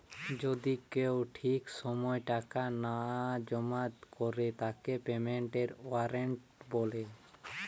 যদি কেউ ঠিক সময় টাকা না জমা করে তাকে পেমেন্টের ওয়ারেন্ট বলে